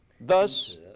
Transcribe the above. Thus